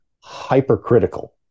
hypercritical